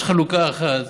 יש חלוקה אחת